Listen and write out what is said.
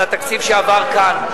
על התקציב שעבר כאן,